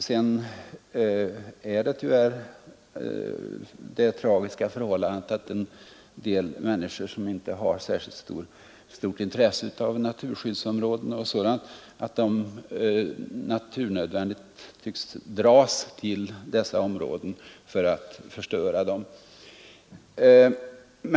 Sedan är det tyvärr det tragiska förhållandet, att en del människor som inte har särskilt stort intresse för naturskydd och sådant med naturnödvändighet tycks dras till dessa områden för att förstöra dem.